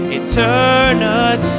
eternity